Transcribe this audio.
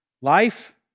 Life